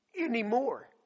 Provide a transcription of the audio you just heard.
Anymore